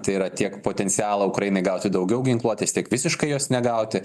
tai yra tiek potencialą ukrainai gauti daugiau ginkluotės tiek visiškai jos negauti